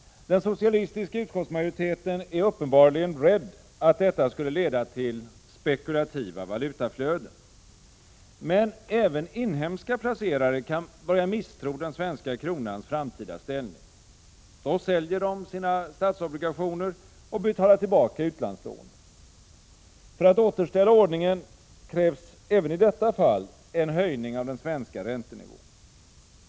Den socialistiska utskottsmajoriteten är uppenbarligen rädd att detta skulle leda till spekulativa valutaflöden. Men även inhemska placerare kan börja misstro den svenska kronans framtida ställning. Då säljer de sina statsobligationer och betalar tillbaka utlandslånen. För att återställa ordningen krävs även i detta fall en höjning av den svenska räntenivån.